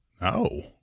No